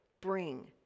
bring